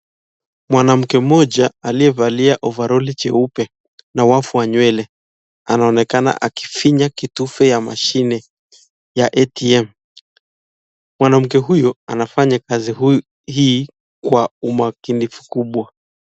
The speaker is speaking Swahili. Mwanamke moja aliyevalia ovaroli jeupe na wafu wa nywele anaonekana akifinya kitufe ya mashine ya (cs) ATM (cs). Mwanamke huyu anafanya kazi hii kwa umakinifu kubwa.